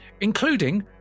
Including